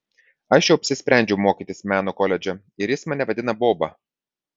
aš jau apsisprendžiau mokytis meno koledže ir jis mane vadina boba